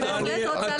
תשובות,